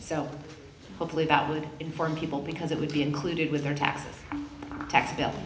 so hopefully that would inform people because it would be included with their taxes tax bill